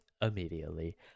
immediately